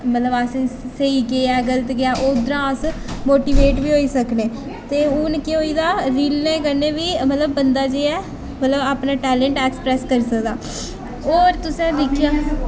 मतलब असें गी स्हेई केह् ऐ गल्त केह् ऐ ओह् उद्धरा अस मोटीवेट बी होई सकनें ते हून केह् होई दा रीलें कन्नै बी मतलब बंदा जेह्ड़ा ऐ मतलब अपना टैलंट ऐक्सप्रैस करी सकदा होर तुसें दिक्खेआ